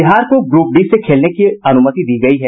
बिहार को group D से खेलने की अनुमति दी गयी है